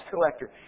collector